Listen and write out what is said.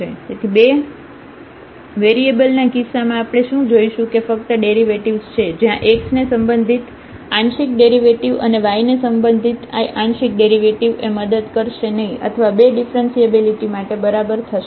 તેથી બે વેરીએબલ ના કિસ્સામા આપણે શું જોશું કે ફક્ત ડેરિવેટીવ્સ છે જ્યાં x ને સંબંધિત આંશિક ડેરિવેટિવ અને y ને સંબંધિત આંશિક ડેરિવેટિવ એ મદદ કરશે નહિ અથવા બે ડિફ્રન્સિએબીલીટી માટે બરાબર થશે નહિ